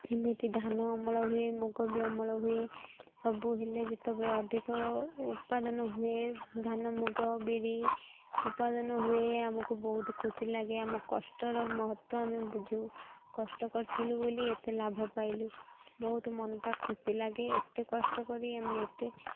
ଏମିତି ଧାନ ଅମଳ ହୁଏ ମୁଗ ବି ଅମଳ ହୁଏ ସବୁ ହେଲେ ଯେତେବେଳେ ଅଧିକ ଉପାଦନ ହୁଏ ଧାନ ମୁଗ ବିରି ଉପାଦନ ହୁଏ ଆମକୁ ବହୁତ ଖୁସି ଲାଗେ ଆମ କଷ୍ଟର ମହତ୍ତ୍ଵ ଆମେ ବୁଝୁ କଷ୍ଟ କରିଥିଲୁ ବୋଲି ଏତେ ଲାଭ ପାଇଲୁ ବହୁତ ମନଟା ଖୁସି ଲାଗେ ଏତେ କଷ୍ଟ କରି ଆମେ ଏତେ